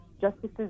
Justices